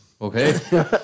Okay